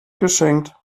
geschenkt